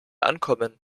ankommen